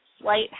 slight